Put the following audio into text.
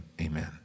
amen